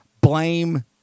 Blame